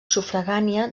sufragània